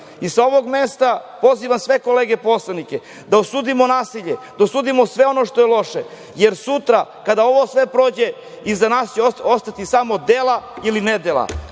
i sa ovog mesta pozivam sve kolege poslanike da osudimo nasilje, da osudimo sve ono što je loše, jer sutra, kada sve ovo prođe, iza nas će ostati samo dela ili ne dela.